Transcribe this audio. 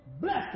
blessed